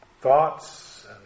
thoughts